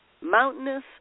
mountainous